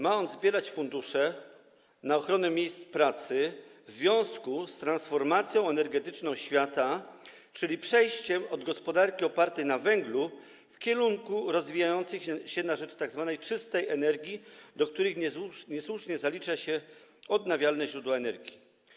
Ma on zbierać fundusze na ochronę miejsc pracy w związku z transformacją energetyczną świata, czyli przejściem od gospodarki opartej na węglu w krajach rozwijających się na rzecz tzw. czystej energii, do której niesłusznie zalicza się odnawialne źródła energii.